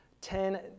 ten